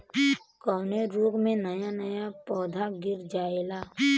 कवने रोग में नया नया पौधा गिर जयेला?